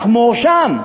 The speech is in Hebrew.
לחמו שם,